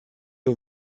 aux